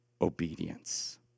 obedience